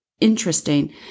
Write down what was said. Interesting